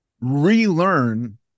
relearn